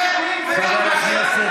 כסיף,